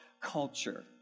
culture